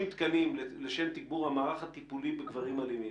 תקנים לשם תגבור המערך הטיפולי בגברים אלימים.